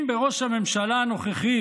אם בראש הממשלה הנוכחית,